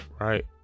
right